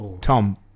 Tom